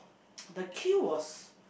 the queue was